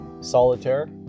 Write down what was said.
Solitaire